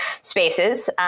spaces